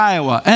Iowa